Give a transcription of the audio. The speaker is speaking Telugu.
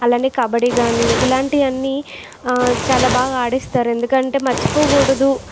అలానే కబడ్డీ కాని ఇలాంటి అన్ని చాలా బాగా ఆడిస్తారు ఎందుకంటే మర్చిపోకూడదు